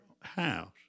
house